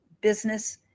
business